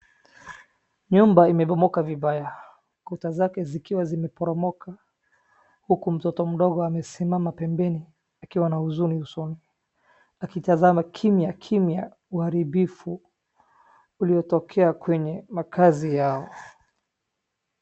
Nyumba imebomoka vibaya, kuta zake zikiwa zimeporomoka, huku mtoto mdogo amesimama pembeni, akiwa na huzuni usoni, akitazama kimya kimya, uharibifu uliotokea kwenye makazi yao.